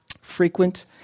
Frequent